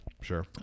Sure